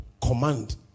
Command